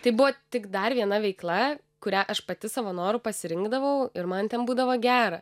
tai buvo tik dar viena veikla kurią aš pati savo noru pasirinkdavau ir man ten būdavo gera